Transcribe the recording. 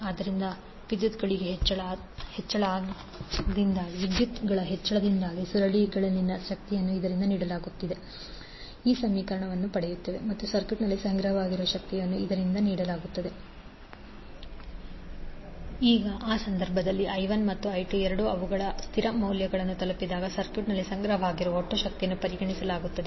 ಆದ್ದರಿಂದ ವಿದ್ಯುತ್ಗಳ ಹೆಚ್ಚಳದಿಂದಾಗಿ ಸುರುಳಿಗಳಲ್ಲಿನ ಶಕ್ತಿಯನ್ನು ಇವರಿಂದ ನೀಡಲಾಗುತ್ತದೆ p2ti1M12di2dti2v2i1M12di2dti2L2di2dt ಮತ್ತು ಸರ್ಕ್ಯೂಟ್ನಲ್ಲಿ ಸಂಗ್ರಹವಾಗಿರುವ ಶಕ್ತಿಯನ್ನು ಇವರಿಂದ ನೀಡಲಾಗುತ್ತದೆ w2p2dtM12I10I1di2L20I2i2dtM12I1I212L2I22 ಈಗ ಆ ಸಂದರ್ಭದಲ್ಲಿ i1 ಮತ್ತು i2 ಎರಡೂ ಅವುಗಳ ಸ್ಥಿರ ಮೌಲ್ಯವನ್ನು ತಲುಪಿದಾಗ ಸರ್ಕ್ಯೂಟ್ನಲ್ಲಿ ಸಂಗ್ರಹವಾಗಿರುವ ಒಟ್ಟು ಶಕ್ತಿಯನ್ನು ಪರಿಗಣಿಸಲಾಗುತ್ತದೆ